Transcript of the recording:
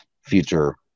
future